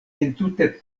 entute